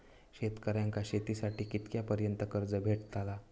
शेतकऱ्यांका शेतीसाठी कितक्या पर्यंत कर्ज भेटताला?